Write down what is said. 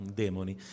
demoni